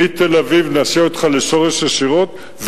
מתל-אביב נסיע אותך לשורש ישירות,